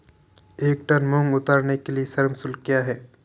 एक टन मूंग उतारने के लिए श्रम शुल्क क्या है?